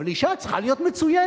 אבל אשה צריכה להיות מצוינת.